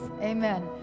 Amen